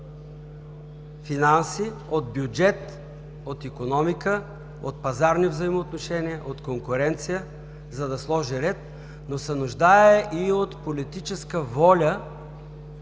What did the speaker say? от финанси, от бюджет, от икономика, от пазарни взаимоотношения, от конкуренция, за да сложи ред, но се нуждае и от политическа воля